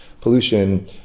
pollution